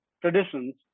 traditions